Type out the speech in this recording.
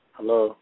Hello